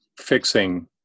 fixing